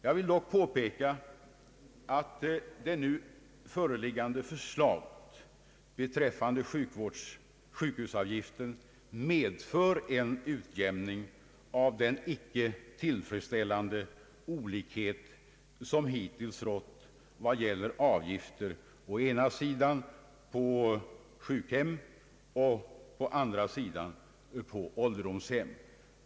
Jag vill dock påpeka att det nu föreliggande förslaget beträffande sjukhusavgiften medför en utjämning av den olikhet som hittills rått vad gäller avgifter å ena sidan på sjukhem och å andra sidan på åldersdomshem.